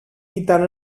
ήταν